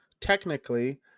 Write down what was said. technically